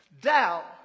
Doubt